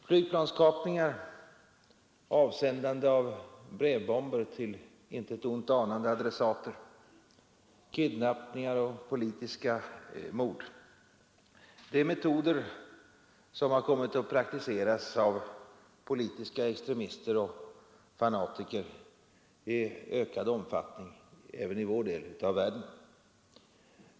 Flygplanskapningar, avsändande av brevbomber till intet ont anande adressater, kidnappingar och politiska mord är metoder som har kommit att praktiseras av politiska extremister och fanatiker i ökad omfattning även i vår del av världen.